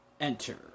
Enter